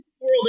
World